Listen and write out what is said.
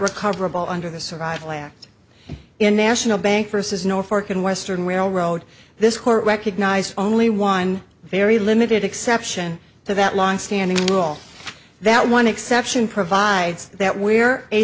recoverable under the survival act in national bank vs norfork in western railroad this court recognized only one very limited exception to that longstanding rule that one exception provides that where a